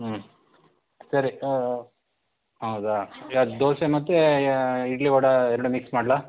ಹ್ಞೂ ಸರಿ ಹೌದಾ ಯಾವ್ದು ದೋಸೆ ಮತ್ತು ಇಡ್ಲಿ ವಡೆ ಎರಡೂ ಮಿಕ್ಸ್ ಮಾಡಲಾ